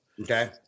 Okay